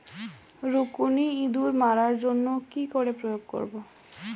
রুকুনি ইঁদুর মারার জন্য কি করে প্রয়োগ করব?